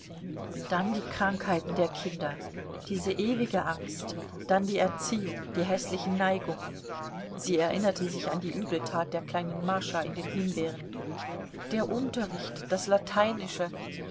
dann die krankheiten der kinder diese ewige angst dann die erziehung die häßlichen neigungen sie erinnerte sich an die übeltat der kleinen mascha in den himbeeren der unterricht das lateinische